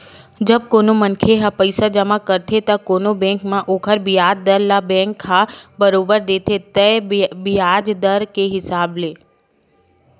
जब कोनो मनखे ह पइसा जमा करथे त कोनो बेंक म ओखर बियाज दर ल बेंक ह बरोबर देथे तय बियाज दर के हिसाब ले